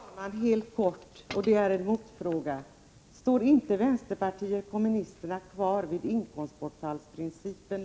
Herr talman! Jag skall svara helt kort genom att ställa en motfråga: Står inte vänsterpartiet kommunisterna längre fast vid inkomstbortfallsprincipen?